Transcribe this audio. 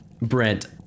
Brent